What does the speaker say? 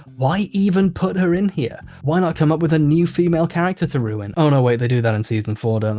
why even put her in here? why not come up with a new female character to ruin? oh, no wait, they do that in season four, don't